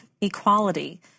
equality